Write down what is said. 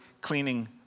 cleaning